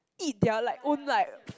eat their own like